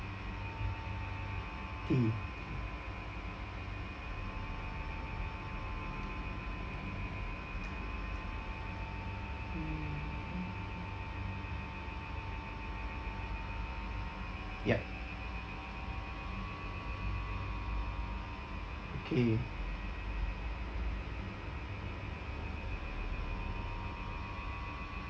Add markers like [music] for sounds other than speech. K [noise] yup okay